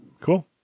Cool